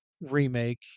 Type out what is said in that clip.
remake